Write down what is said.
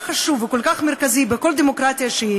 חשוב וכל כך מרכזי בכל דמוקרטיה שהיא,